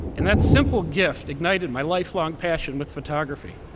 and that simple gift ignited my lifelong passion with photography.